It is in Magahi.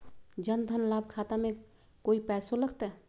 जन धन लाभ खाता में कोइ पैसों लगते?